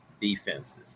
defenses